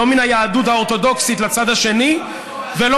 לא מן היהדות האורתודוקסית לצד השני ולא